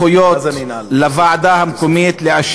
זה נאומים, זה לא קריאות ביניים.